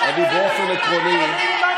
אני רוצה להגיד לחבר הכנסת קושניר,